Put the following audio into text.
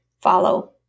follow